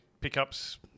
pickups